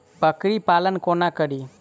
बकरी पालन कोना करि?